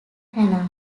hannah